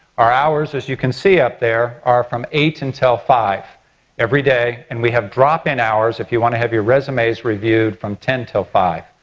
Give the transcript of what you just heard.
our hours, as you can see up there, are from eight until five every day and we have drop in hours if you want to have your resumes reviewed, from ten until five.